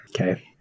Okay